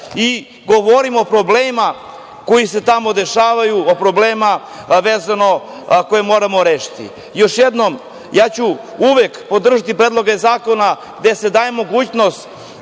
i govorim o problemima koji se tamo dešavaju, o problemima koje moramo rešiti. Još jednom, ja ću uvek podržati predloge zakona gde se daje mogućnost